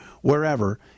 wherever